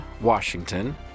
Washington